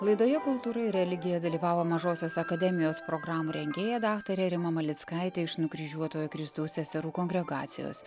laidoje kultūra ir religija dalyvavo mažosios akademijos programų rengėja daktarė rima malickaitė iš nukryžiuotojo kristaus seserų kongregacijos